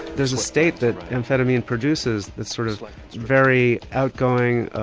there's a state that amphetamine produces that's sort of like very outgoing,